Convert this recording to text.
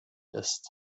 ist